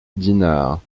dinard